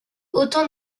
autant